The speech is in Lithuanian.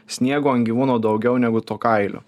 sniego ant gyvūno daugiau negu to kailio